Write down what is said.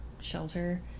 shelter